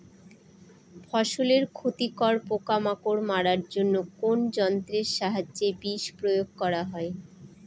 ফসলের ক্ষতিকর পোকামাকড় মারার জন্য কোন যন্ত্রের সাহায্যে বিষ প্রয়োগ করা হয়?